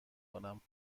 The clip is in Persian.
کنم